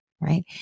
Right